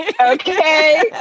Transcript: Okay